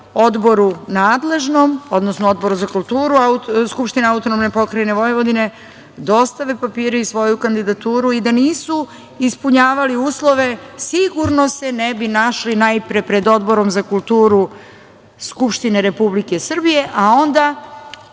odboru, odnosno Odboru za kulturu Skupštine AP Vojvodine dostave papire i svoju kandidaturu i da nisu ispunjavali uslove, sigurno se ne bi našli najpre pred Odborom za kulturu Skupštine Republike Srbije, a onda